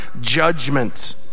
Judgment